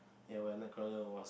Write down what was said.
ya when Nightcrawler won